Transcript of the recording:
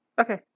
Okay